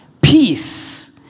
peace